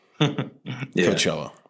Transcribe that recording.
Coachella